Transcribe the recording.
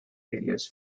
videos